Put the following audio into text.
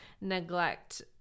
neglect